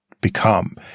become